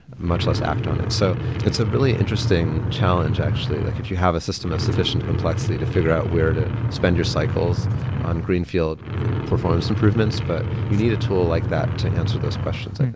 much less act on it so it's a really interesting challenge actually. like if you have a system of sufficient complexity to figure out where to spend your cycles on green field performance improvements, but you need a tool like that to answer those questions,